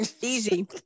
Easy